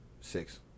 Six